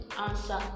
answer